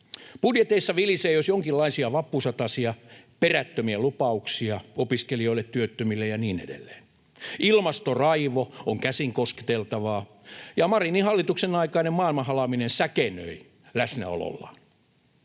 Budjeteissa vilisee jos jonkinlaisia vappusatasia, perättömiä lupauksia opiskelijoille, työttömille ja niin edelleen. Ilmastoraivo on käsin kosketeltavaa, ja Marinin hallituksen aikainen maailmanhalaaminen säkenöi läsnäolollaan.